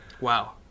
Wow